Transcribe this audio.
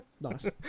Nice